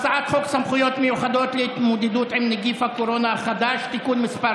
הצעת חוק סמכויות מיוחדות להתמודדות עם נגיף הקורונה החדש (תיקון מס'